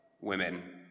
women